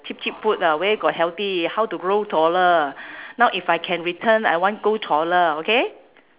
cheap cheap food ah where got healthy how to grow taller now if I can return I want grow taller okay